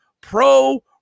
Pro